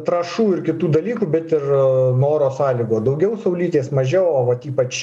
trąšų ir kitų dalykų bet ir nuo oro sąlygų daugiau saulytės mažiau o vat ypač